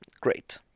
Great